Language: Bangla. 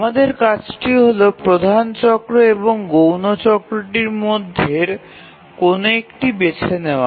আমাদের কাজটি হল প্রধান চক্র এবং গৌণ চক্রটির মধ্যের কোন একটি বেছে নেওয়া